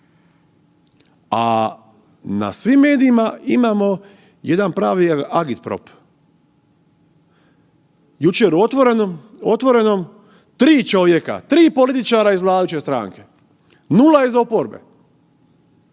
A na svim medijima imamo jedan pravi agitprop, jučer u „Otvorenom“ tri čovjeka, tri političara iz vladajuće stranke, nula iz oporbe.